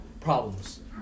problems